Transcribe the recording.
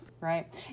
Right